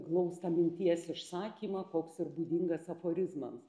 glaustą minties išsakymą koks ir būdingas aforizmam